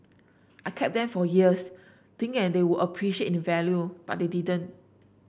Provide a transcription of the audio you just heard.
I kept them for years thinking that they would appreciate in value but they didn't